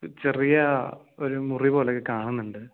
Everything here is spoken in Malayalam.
ചെറിയ ഒര് മുറിവുപോലെയൊക്കെ കാണുന്നുണ്ട്